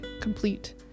complete